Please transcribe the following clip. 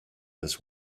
this